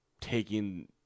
taking